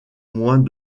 moins